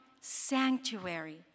sanctuary